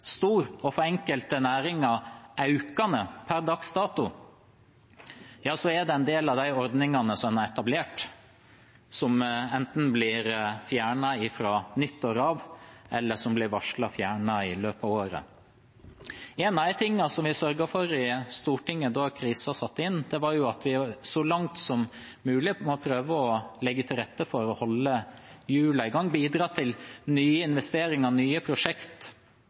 stor, og for enkelte næringer økende per dags dato – enten blir fjernet fra nyttår av, eller som blir varslet fjernet i løpet av året. En av de tingene som vi sørget for i Stortinget da krisen satte inn, var at vi så langt som mulig må prøve å legge til rette for å holde hjulene i gang, bidra til nye investeringer og nye